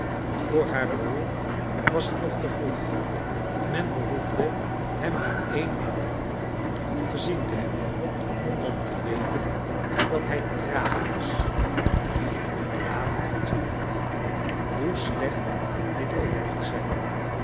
yoor haar broer was het nog te vroeg men behoefde hem maar eenmaal j gezien te hebben om te weten dat i hij traag was in het verlaten van zijn bed hoe slecht dit ook mochfc zijn